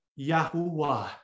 Yahuwah